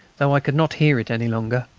though i could not hear it any longer.